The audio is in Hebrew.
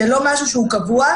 זה לא משהו קבוע,